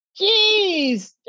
Jeez